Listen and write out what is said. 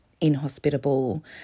inhospitable